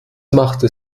machte